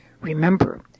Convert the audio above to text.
Remember